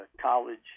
college